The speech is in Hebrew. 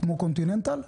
כמו continental?